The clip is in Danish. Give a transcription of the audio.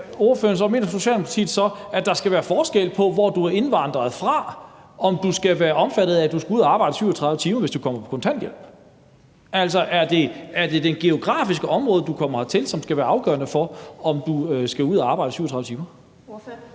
at der skal være forskel på, hvor du er indvandret fra, i forhold til om du skal være omfattet af at skulle ud at arbejde 37 timer, hvis du kommer på kontanthjælp? Altså, er det det geografiske område, du kommer hertil fra, som skal være afgørende for, om du skal ud at arbejde 37 timer?